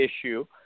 issue